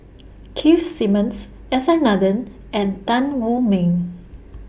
Keith Simmons S R Nathan and Tan Wu Meng